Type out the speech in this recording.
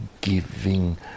giving